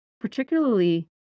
particularly